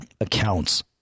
accounts